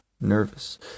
nervous